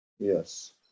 Yes